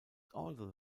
also